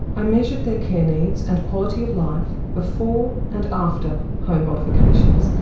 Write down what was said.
i measured their care needs and quality of life before and after home modifications,